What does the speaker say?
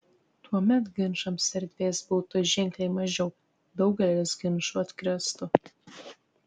tuomet ginčams erdvės būtų ženkliai mažiau daugelis ginčų atkristų